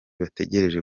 bategereje